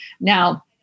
Now